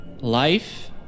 Life